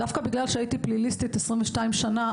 דווקא בגלל שהייתי פליליסטית במשך 22 שנה,